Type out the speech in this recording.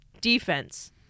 defense